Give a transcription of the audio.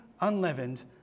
unleavened